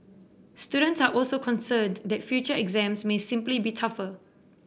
students are also concerned that future exams may simply be tougher